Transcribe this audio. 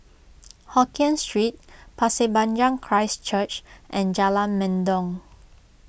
Hokien Street Pasir Panjang Christ Church and Jalan Mendong